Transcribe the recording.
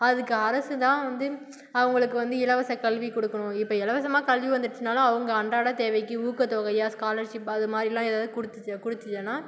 அதுக்கு அரசு தான் வந்து அவங்களுக்கு வந்து இலவச கல்வி கொடுக்குனும் இப்போ இலவசமா கல்வி வந்துடுச்சுன்னாலும் அவங்க அன்றாட தேவைக்கு ஊக்கத்தொகையாக ஸ்காலர்ஷிப் அது மாதிரில்லாம் எதாவது கொடுத்து கொடுத்துச்சின்னா